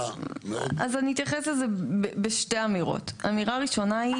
אז אני אתייחס לזה בשתי אמירות: אמירה ראשונה היא